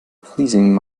pleasing